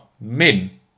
Min